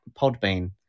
Podbean